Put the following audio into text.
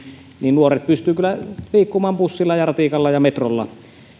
nuoret pystyvät kyllä liikkumaan bussilla ja ratikalla ja metrolla